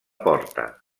porta